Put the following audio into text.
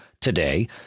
today